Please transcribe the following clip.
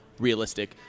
realistic